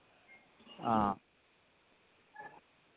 हां